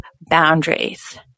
boundaries